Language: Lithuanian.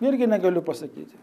irgi negaliu pasakyti